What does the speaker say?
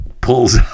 pulls